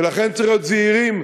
ולכן צריך להיות זהירים,